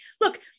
Look